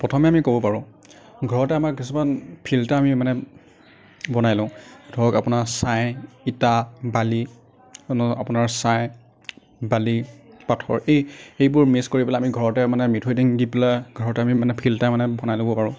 প্ৰথমে আমি ক'ব পাৰোঁ ঘৰতে আমাৰ কিছুমান ফিল্টাৰ আমি মানে বনাই লওঁ ধৰক আপোনাৰ ছাই ইটা বালি এনে আপোনাৰ ছাই বালি পাথৰ এই এইবোৰ মিছ কৰি আমি ঘৰতে মানে মিঠৈ টিং দি পেলাই ঘৰতে আমি মানে ফিল্টাৰ মানে বনাই ল'ব পাৰোঁ